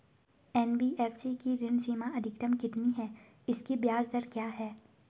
NBFC की ऋण सीमा अधिकतम कितनी है इसकी ब्याज दर क्या है?